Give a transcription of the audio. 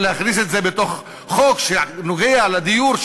אבל להכניס את זה לתוך חוק שנוגע בדיור,